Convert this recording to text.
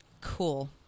cool